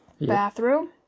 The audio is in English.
Bathroom